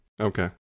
Okay